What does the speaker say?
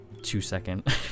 two-second